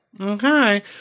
Okay